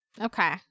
Okay